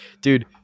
Dude